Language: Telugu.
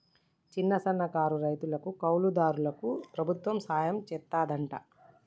సిన్న, సన్నకారు రైతులకు, కౌలు దారులకు ప్రభుత్వం సహాయం సెత్తాదంట